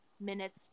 minutes